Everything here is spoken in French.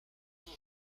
nous